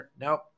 Nope